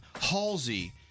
Halsey